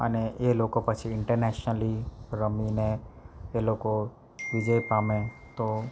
અને એ લોકો પછી ઇન્ટરનેશનલી રમીને એ લોકો વિજય પામે તો